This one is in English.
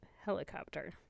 helicopter